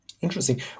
Interesting